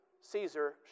Caesar